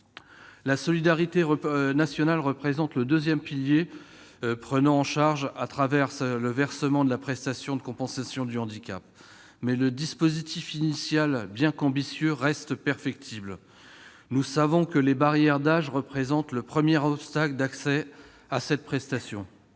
La solidarité nationale représente le deuxième pilier, à travers le versement de la prestation de compensation du handicap, mais le dispositif initial, bien qu'ambitieux, reste perfectible. Nous savons que les barrières d'âge représentent le premier obstacle d'accès à cette prestation.